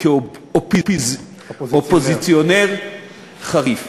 כאופוזיציונר חריף.